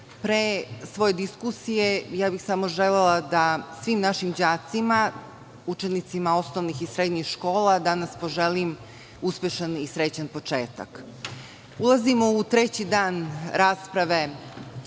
pre svoje diskusije bih samo želela da svim našim đacima, učenicima osnovnih i srednjih škola, danas poželim uspešan i srećan početak. Ulazimo u treći dan rasprave